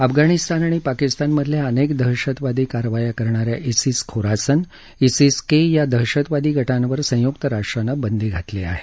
अफगाणिस्तान आणि पाकिस्तानमधल्या अनेक दहशतवादी कारवाया करणाऱ्या इसिस खोरासन इसिस के या दहशतवादी गटांवर संयुक्त राष्ट्रानं बंदी घातली आहे